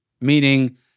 meaning